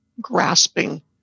grasping